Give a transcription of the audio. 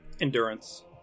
Endurance